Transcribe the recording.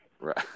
Right